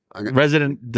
resident